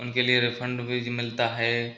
उनके लिए रिफन्ड भी मिलता है